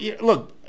look